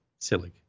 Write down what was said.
Silic